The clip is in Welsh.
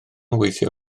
weithio